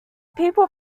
people